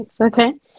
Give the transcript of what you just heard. okay